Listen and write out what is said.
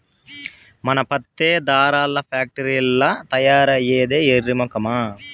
మన పత్తే దారాల్ల ఫాక్టరీల్ల తయారైద్దే ఎర్రి మొకమా